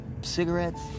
cigarettes